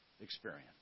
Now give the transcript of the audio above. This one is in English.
experience